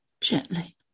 gently